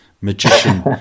Magician